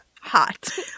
hot